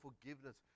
forgiveness